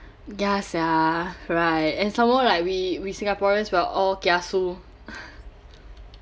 ya sia right and some more like we we singaporeans we're all kiasu